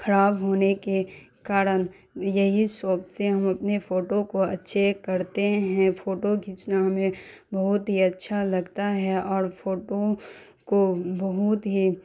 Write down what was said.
خراب ہونے کے کارن یہی شاپ سے ہم اپنے فوٹو کو اچھے کرتے ہیں فوٹو کھیچنا ہمیں بہت ہی اچھا لگتا ہے اور فوٹو کو بہت ہی